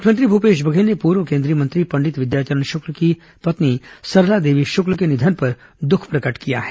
मुख्यमंत्री भूपेश बघेल ने पूर्व केन्द्रीय मंत्री पंडित विद्याचरण शुक्ल की पत्नी सरला देवी शुक्ल के निधन पर दुख प्रकट किया है